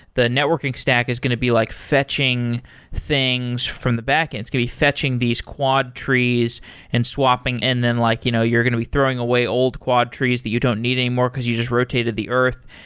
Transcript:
the networking stack is going to be like fetching things from the backends, could be fetching these quadtrees and swapping. and then like you know you're going to be throwing away old quadtrees that you don't need anymore, because you just rotated the earth.